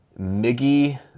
Miggy